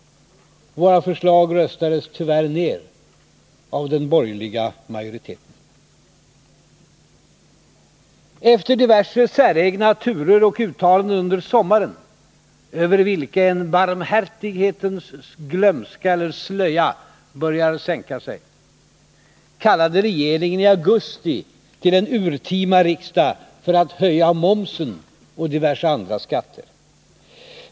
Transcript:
Våra förslag röstades tyvärr ner av den borgerliga majoriteten. Efter diverse säregna turer och uttalanden under sommaren, över vilka en barmhärtighetens slöja börjar sänka sig, kallade regeringen i augusti in en urtima riksdag för att höja momsen och diverse andra skatter.